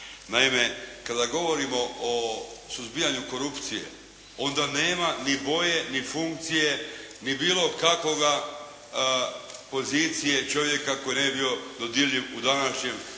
Naime, kada govorimo o suzbijanju korupcije onda nema ni boje ni funkcije, ni bilo kakve pozicije čovjeka koji ne bi bio dodirljiv u današnjem